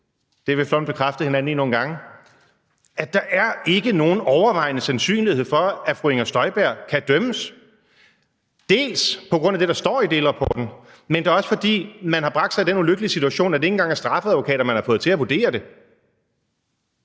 efterhånden bekræftet hinanden i nogle gange – at der ikke er nogen overvejende sandsynlighed for, at fru Inger Støjberg kan dømmes, både på grund af det, der står i delrapporten, men da også fordi man har bragt sig i den ulykkelige situation, at det ikke engang er strafferetsadvokater, man har fået til at vurdere det.